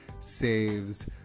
Saves